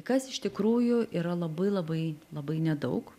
kas iš tikrųjų yra labai labai labai nedaug